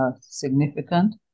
significant